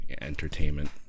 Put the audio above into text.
entertainment